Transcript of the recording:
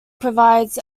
provides